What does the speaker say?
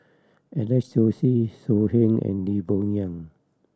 Alex Josey So Heng and Lim Bo Yam